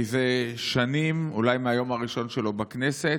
מזה שנים, אולי מהיום הראשון שלו בכנסת,